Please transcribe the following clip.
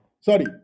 Sorry